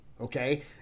okay